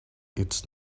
its